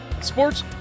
sports